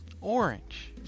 orange